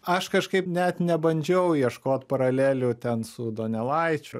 aš kažkaip net nebandžiau ieškot paralelių ten su donelaičiu